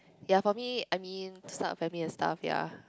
ya for me I mean start a family and stuff ya